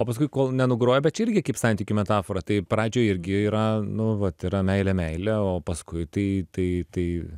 o paskui kol nenugrujoja bet čia irgi kaip santykių metafora tai pradžioj irgi yra nu vat yra meilė meilė o paskui tai tai tai